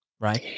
Right